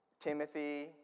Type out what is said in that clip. Timothy